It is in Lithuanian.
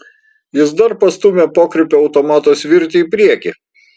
jis dar pastūmė pokrypio automato svirtį į priekį